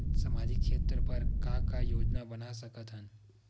सामाजिक क्षेत्र बर का का योजना बना सकत हन?